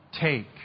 take